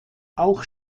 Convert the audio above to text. auch